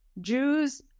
Jews